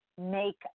make